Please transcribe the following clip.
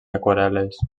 aquarel·les